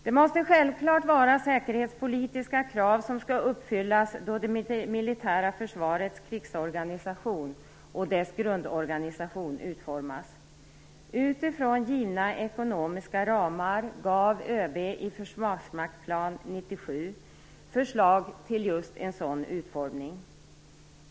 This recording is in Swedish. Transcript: Det måste självfallet vara säkerhetspolitiska krav som skall uppfyllas då det militära försvarets krigsorganisation och dess grundorganisation utformas. Utifrån givna ekonomiska ramar gav ÖB i Försvarsmaktsplan 1997 förslag till just en sådan utformning.